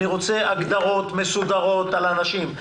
אני רוצה הגדרות מסודרות על אנשים.